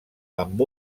amb